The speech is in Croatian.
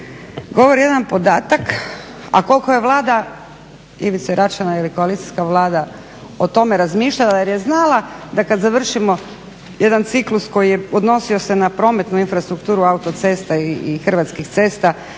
govori jedan podatak, a koliko je Vlada Ivice Račana ili koalicijska Vlada o tome razmišljala jer je znala da kad završimo jedan ciklus koji je odnosio se na prometnu infrastrukturu autocesta i Hrvatskih cesta